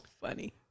funny